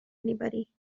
anybody